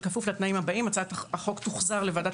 בכפוף לתנאים הבאים: הצעת החוק תוחזר לוועדת